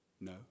No